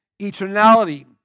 eternality